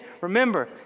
remember